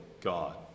God